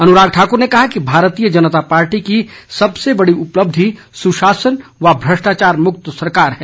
अनुराग ठाकुर ने कहा कि भारतीय जनता पार्टी की सबसे बड़ी उपलब्धि सुशासन व भ्रष्टाचार मुक्त सरकार है